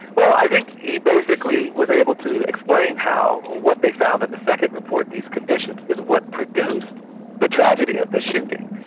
i think he basically was able to explain how what they found in the second report, these conditions, is what produced the tragedy of this shooting.